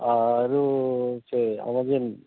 ଆରୁ ସେ ଆମର୍ ଯେନ୍